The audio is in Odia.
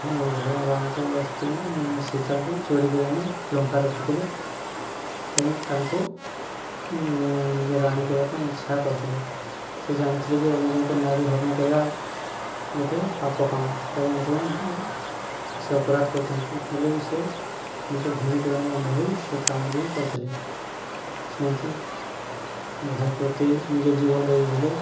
ଭଗବାନ ରାମଙ୍କର ସ୍ତ୍ରୀ ସୀତାଙ୍କୁ ଚୋର କରି ଆଣି ଲଙ୍କା ରଖିଥିଲେ ଏବଂ ତାଙ୍କୁ ନିଜ ରାଣୀ କରିବା ପାଇଁ ଇଚ୍ଛା କରିଥିଲେ ସେ ଜାଣିଥିଲେ ଯେ ଅନ୍ୟଜଣଙ୍କ ନାରୀ ହରଣ କରିବା ଗୋଟେ ପାପ କାମ ଏବଂ ଏଥିପାଇଁ ସେ ଅପରାଧ କରିଛନ୍ତି ହେଲେ ବି ସେ ନିଜ ଭଉଣୀ ପ୍ରେମରେ ଅନ୍ଧ ହୋଇ ସେ କାମଟି କରିଥିଲେ ସେମତି ଭାଇ ପ୍ରତି ନିଜ ଜୀବନ ଦେଇ ଦେଇଥିଲେ